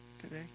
today